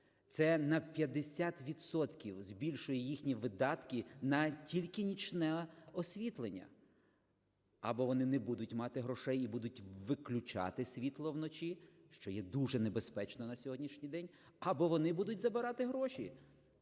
відсотків збільшує їхні видатки на тільки нічне освітлення. Або вони не будуть мати грошей і будуть виключати світло вночі, що є дуже небезпечно на сьогоднішній день, або вони будуть забирати гроші